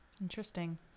Interesting